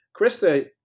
Krista